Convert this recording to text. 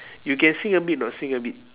you can sing a bit or not sing a bit